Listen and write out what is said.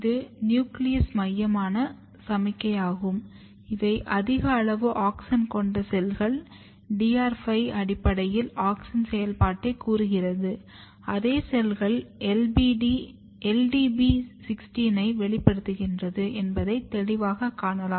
இது நியூக்ளியஸ் மையமான சமிக்ஞையாகும் இவை அதிக அளவு ஆக்ஸின் கொண்ட செல்கள் DR 5 அடிப்படையில் ஆக்ஸின் செயல்பாட்டைக் கூறுகிறது அதே செல்கள் LDB16 ஐ வெளிப்படுத்துகின்றன என்பதை தெளிவாகக் காணலாம்